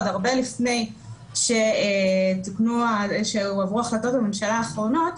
עוד הרבה לפני שהועברו החלטות הממשלה האחרונות,